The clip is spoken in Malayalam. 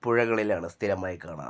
പുഴകളിലാണ് സ്ഥിരമായി കാണാറ്